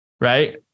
right